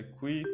qui